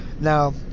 Now